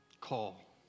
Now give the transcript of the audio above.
call